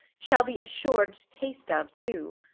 shall be assur'd taste of too.